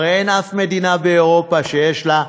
הרי אין אף מדינה באירופה שיש לה,